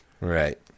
right